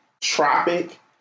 tropic